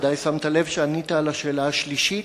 ודאי שמת לב שענית על השאלה השלישית,